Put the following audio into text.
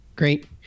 Great